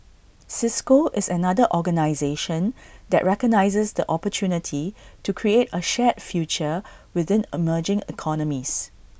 cisco is another organisation that recognises the opportunity to create A shared future within emerging economies